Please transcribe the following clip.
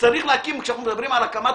וכשאנחנו מדברים על הקמת